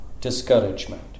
Discouragement